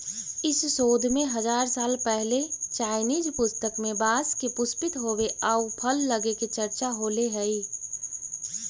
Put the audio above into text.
इस शोध में हजार साल पहिले चाइनीज पुस्तक में बाँस के पुष्पित होवे आउ फल लगे के चर्चा होले हइ